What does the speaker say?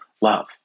love